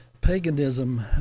paganism